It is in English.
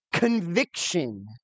Conviction